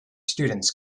students